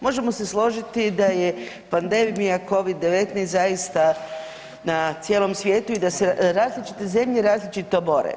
Možemo se složiti da je pandemija Covid-19 zaista na cijelom svijetu i da se različite zemlje različito bore.